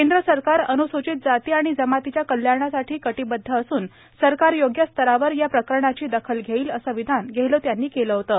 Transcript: केंद्र सरकार अवुसूचित जाती आणि जमातीच्या कल्याणासाठी कटीबद्ध असून सरकार योग्य स्तरावर या प्रकरणाची दखल घेईल असं विधान गेहलोत यांनी केलं होतं